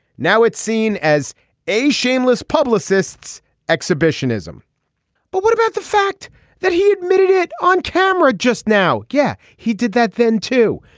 now it's seen as a shameless publicist's exhibitionism but what about the fact that he admitted it on camera just now yeah he did that then too.